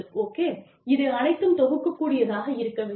okay இது அனைத்தும் தொகுக்க கூடியதாக இருக்க வேண்டும்